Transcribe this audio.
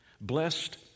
Blessed